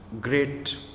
great